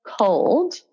cold